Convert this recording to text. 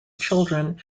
children